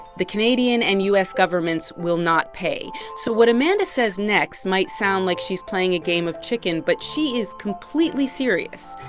the canadian and u s. governments will not pay. so what amanda says next might sound like she's playing a game of chicken. but she is completely serious.